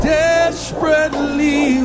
desperately